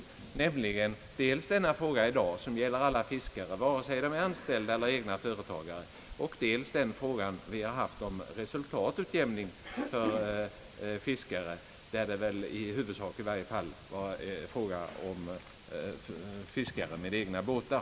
Det är dels den fråga som vi behandlar i dag och som gäller alla fiskare, vare sig de är anställda eller egna företagare, dels frågan om resultat utjämning för fiskare, där det i varje fall i huvudsak är fråga om fiskare med egna båtar.